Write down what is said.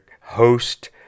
host